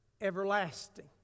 everlasting